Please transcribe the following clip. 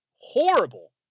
horrible